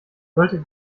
solltet